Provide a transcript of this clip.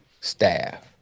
staff